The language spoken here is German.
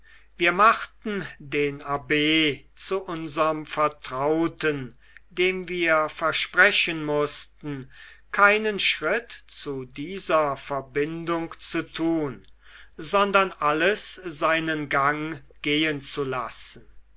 wir machten den abb zu unserm vertrauten dem wir versprechen mußten keinen schritt zu dieser verbindung zu tun sondern alles seinen gang gehen zu lassen